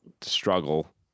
struggle